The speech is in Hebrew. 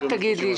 רק תגיד לי.